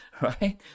right